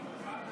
חרטא ברטא.